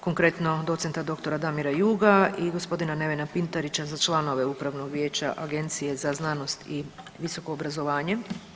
Konkretno doc.dr. Damira Juga i gospodina Nevena Pintarića za članove Upravnog vijeća Agencije za znanost i visoko obrazovanje.